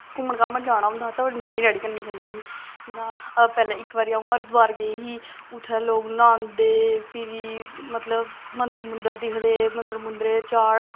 घूमन घामन जाना होंदा हा ते अपने मम्मी डैडी कन्नै जंदी ही आ पैह्ले इक बारी अ'ऊं हरिद्वार गेई ही उत्थें लोग न्हांदे फिर मतलब मन्दर मुन्दर दिखदे मन्दर मुन्दरें चाढ़